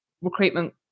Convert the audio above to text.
recruitment